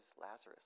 Lazarus